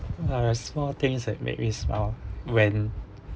uh small things that make me smile when